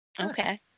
okay